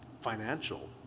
financial